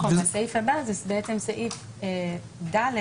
הסעיף הבא זה בעצם סעיף (ד)